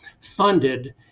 funded